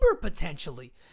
potentially